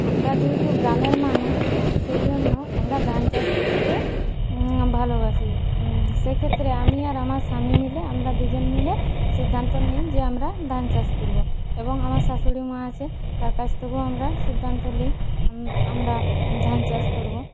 আমরা যেহেতু গ্রামের মানুষ সেই জন্য ধান চাষ করতে ভালোবাসি সে ক্ষেত্রে আমি আর আমার স্বামী মিলে আমরা দুজন মিলে সিদ্ধান্ত নিই যে আমরা ধান চাষ করব এবং আমার শাশুড়ি মা আছেন তার কাছ থেকেও আমরা সিদ্ধান্ত নিই আমরা ধান চাষ করবো